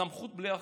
סמכות בלי אחריות.